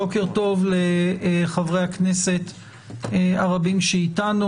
בוקר טוב לחברי הכנסת הרבים שאיתנו,